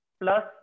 plus